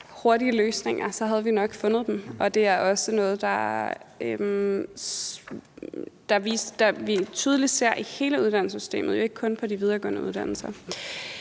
hurtige løsninger – så havde vi nok fundet dem. Det er også noget, vi tydeligt ser i hele uddannelsessystemet, ikke kun på de videregående uddannelser.